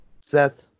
Seth